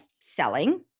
selling